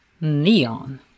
Neon